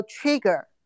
trigger